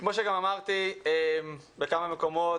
כמו שגם אמרתי בכמה מקומות,